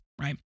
right